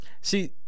See